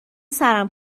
سرم